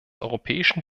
europäischen